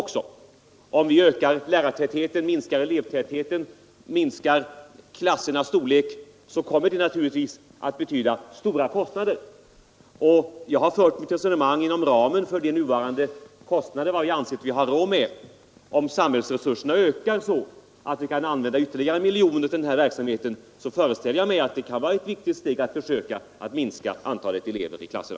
Om vi ökar lärartätheten, minskar elevtätheten och skär ner klassernas storlek så betyder det stora kostnader. Jag har fört mitt resonemang inom den nuvarande kostnadsramen och med hänsyn tagen till vad vi har råd med. När samhällsresurserna ökar, kan man naturligtvis diskutera att minska antalet elever i klasserna. Jag är dock inte säker på att det är den mest angelägna reformen.